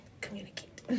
communicate